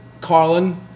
Carlin